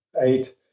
eight